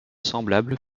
semblables